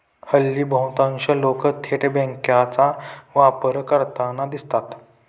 हल्ली बहुतांश लोक थेट बँकांचा वापर करताना दिसतात